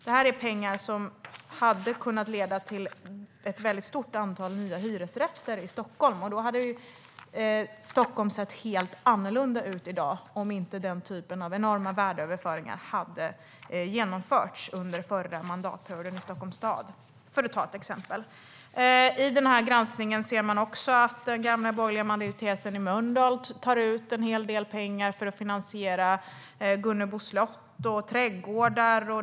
Det här är pengar som hade kunnat leda till ett stort antal nya hyresrätter i Stockholm. Stockholm hade sett helt annorlunda ut i dag om inte den typen av värdeöverföringar hade genomförts under förra mandatperioden i Stockholms stad - för att ta ett exempel. I granskningen ser man också att den gamla borgerliga majoriteten i Mölndal tar ut en hel del pengar för att finansiera Gunnebo slott och trädgårdar.